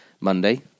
Monday